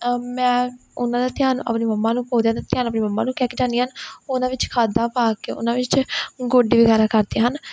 ਮੈਂ ਉਹਨਾਂ ਦਾ ਧਿਆਨ ਆਪਣੇ ਮੰਮਾ ਨੂੰ ਪੌਦਿਆਂ ਦਾ ਧਿਆਨ ਆਪਣੀ ਮੰਮਾ ਨੂੰ ਕਹਿ ਕੇ ਜਾਂਦੀ ਹਾਂ ਉਹਨਾਂ ਵਿੱਚ ਖਾਦਾਂ ਪਾ ਕੇ ਉਹਨਾਂ ਵਿੱਚ ਗੋਡੀ ਵਗੈਰਾ ਕਰਦੇ ਹਨ